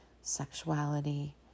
sexuality